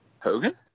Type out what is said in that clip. Hogan